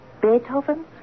Beethoven